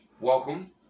Welcome